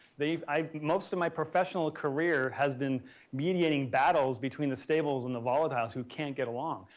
they, i've, most of my professional career has been mediating battles between the stables and the volatiles who can't get along.